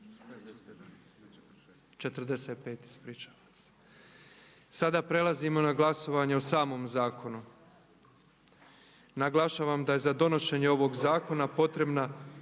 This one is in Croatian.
45 ispričavam se. Sada prelazimo na glasovanje o samom zakonu. Naglašavam da je za donošenje ovog zakona potrebna